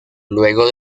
luego